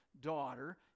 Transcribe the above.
daughter